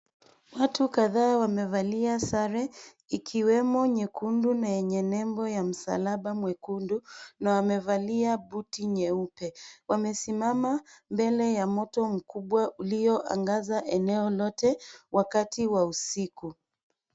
Watu kadhaa wamevalia sare, ikiwemo nyekundu na yenye nebo ya msalaba mwekundu, na wamevalia buti nyeupe. Wamesimama mbele ya moto mkubwa ulio angaza eneo lote wakati wa usiku.